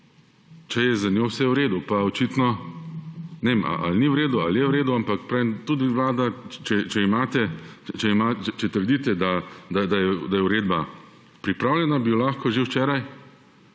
če je z njo vse v redu. Ne vem, ali ni v redu ali je v redu, ampak tudi Vlada, če trdite, da je uredba pripravljena, bi jo lahko že včeraj